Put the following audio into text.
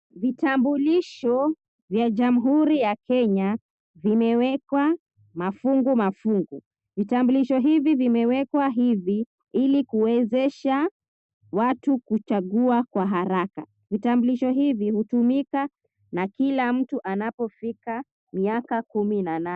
Vitambulisho vya Jamhuri ya Kenya vimewekwa mafungu mafungu. Vitambulisho hivi vimewekwa hivi ili kuwezesha watu kuchagua kwa haraka. Vitambulisho hivi hutumika na kila mtu anapofika miaka kumi na nane.